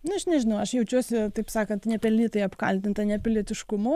na aš nežinau aš jaučiuosi taip sakant nepelnytai apkaltinta nepilietiškumu